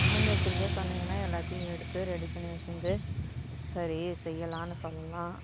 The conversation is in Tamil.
முன்னெச்சரிக்கையாக சொன்னிங்கன்னால் எல்லாத்தையும் எடுத்து ரெடி பண்ணி வச்சிருந்து சரி செய்யலாம்னு சொல்லலாம்